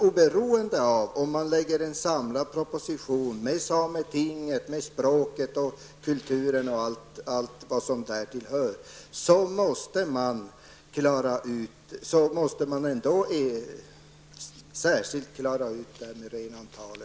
Oberoende av om man lägger fram en samlad proposition som inkluderar sameting, språket, kulturen och allt vad därtill hör, måste man särskilt klara ut renantalet, kontrollerna, osv.